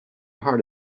heart